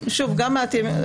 הפלילי.